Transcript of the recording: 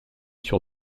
sur